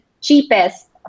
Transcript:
cheapest